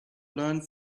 learned